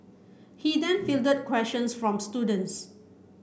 he then fielded questions from students